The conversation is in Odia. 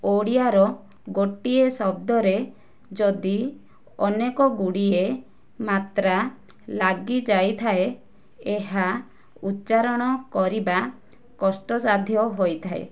ଓଡ଼ିଆ ର ଗୋଟିଏ ଶବ୍ଦରେ ଯଦି ଅନେକ ଗୁଡ଼ିଏ ମାତ୍ରା ଲାଗି ଯାଇଥାଏ ଏହା ଉଚ୍ଚାରଣ କରିବା କଷ୍ଟସାଧ୍ୟ ହୋଇଥାଏ